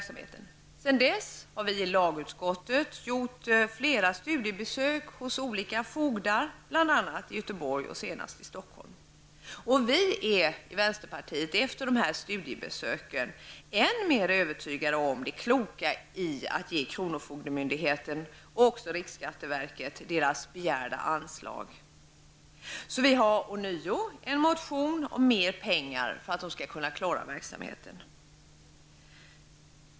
Sedan dess har vi i lagutskottet gjort flera studiebesök hos olika fogdar, bl.a. i Göteborg och senast i Stockholm. Efter dessa studiebesök är vi i vänsterpartiet än mer övertygade om det kloka i att ge kronofogdemyndigheten och riksskatteverket det anslag som myndigheterna har begärt. Vi har ånyo en motion om mera pengar för att myndigheterna skall kunna klara sin verksamhet.